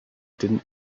didn’t